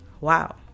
wow